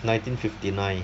nineteen fifty nine